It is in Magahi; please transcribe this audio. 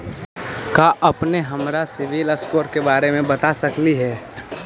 का अपने हमरा के सिबिल स्कोर के बारे मे बता सकली हे?